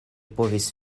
povis